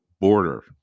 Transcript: border